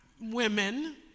women